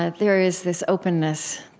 ah there is this openness,